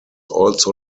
also